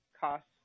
costs